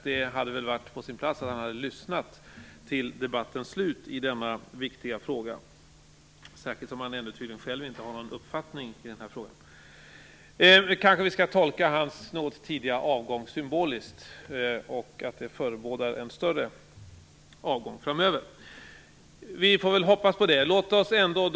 Det hade väl varit på sin plats att han hade lyssnat till debattens slut i denna viktiga fråga, särskilt som han själv tydligen inte har någon uppfattning i den här frågan. Vi skall kanske tolka hans något tidiga avgång symboliskt - att den förebådar en större avgång framöver. Vi får väl hoppas på det. Herr talman!